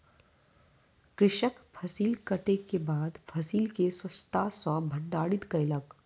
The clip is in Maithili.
कृषक फसिल कटै के बाद फसिल के स्वच्छता सॅ भंडारित कयलक